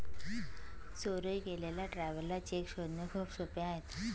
चोरी गेलेला traveller cheque शोधणे खूप सोपे आहे